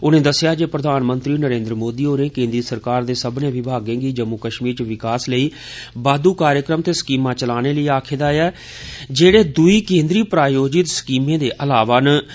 उनें दस्सेया जे प्रधानमंत्री नरेन्द्र मोदी होरें केन्द्रीय सरकार दे सब्बने विभागें गी जम्मू कश्मीर च विकास लेई बाद्द् कार्यक्रम ते स्कीमां चलाने लेई आक्खेया जेहड़े दूई केन्द्रीय प्रायोजित स्कीमें दे इलावा होगंन